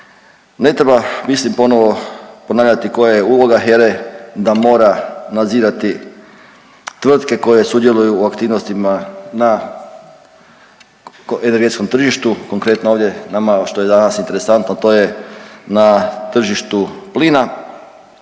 Ne treba mislim ponovno ponavljati koja je uloga HERA-e da mora nadzirati tvrtke koje sudjeluju u aktivnostima na energetskom tržištu, konkretno ovdje nama što je danas interesantno to je na tržištu plina.